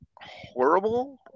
horrible